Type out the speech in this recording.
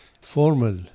formal